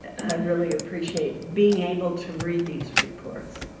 i really appreciate being able to read these reports